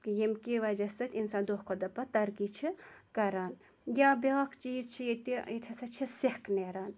ییٚمہِ کہِ وَجہ سۭتۍ اِنسان دۄہ کھۄتہٕ دۄہ پَتہٕ تَرقی چھ کَران یا بیٛاکھ چیٖز چھُ ییٚتہِ ییٚتہِ ہَسا چھِ سیٚکھ نیران